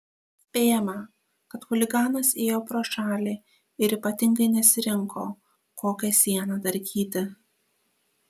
spėjama kad chuliganas ėjo pro šalį ir ypatingai nesirinko kokią sieną darkyti